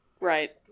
Right